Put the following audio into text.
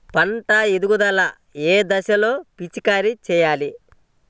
పంట ఎదుగుదల ఏ దశలో పిచికారీ చేయాలి?